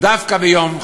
דווקא ביום,